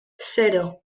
zero